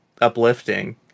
uplifting